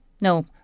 No